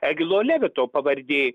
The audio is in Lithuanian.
egilo levito pavardė